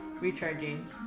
Recharging